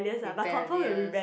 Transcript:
rebellious